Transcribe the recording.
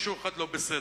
מישהו לא בסדר,